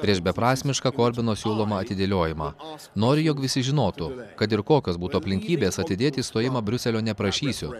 prieš beprasmišką korvino siūlomą atidėliojimą noriu jog visi žinotų kad ir kokios būtų aplinkybės atidėti išstojimą briuselio neprašysiu